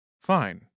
Fine